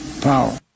power